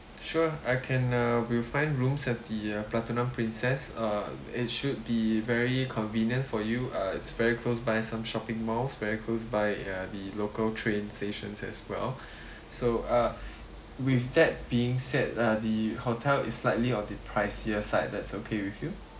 sure I can uh we'll find rooms at the uh pratunam princess uh it should be very convenient for you uh it's very close by some shopping malls very close by uh the local train stations as well so uh with that being said lah the hotel is slightly on the pricier side that's okay with you